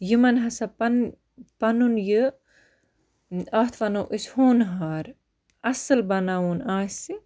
یِمَن ہَسا پَن پَنُن یہِ اَتھ وَنو أسۍ ہونہار اَصٕل بَناوُن آسہِ